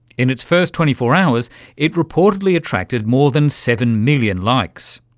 in its first twenty four hours it reportedly attracted more than seven million likes.